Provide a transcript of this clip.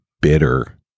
bitter